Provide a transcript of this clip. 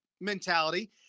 mentality